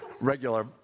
regular